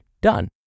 Done